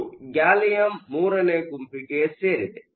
ಇದು ಗ್ಯಾಲಿಯಂ ಮೂರನೇ ಗುಂಪಿಗೆ ಸೇರಿದೆ